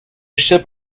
ship